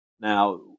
Now